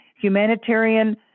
humanitarian